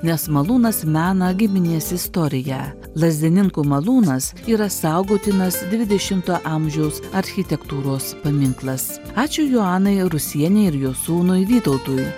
nes malūnas mena giminės istoriją lazdininkų malūnas yra saugotinas dvidešimo amžiaus architektūros paminklas ačiū joanai rusienei ir jos sūnui vytautui